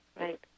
Right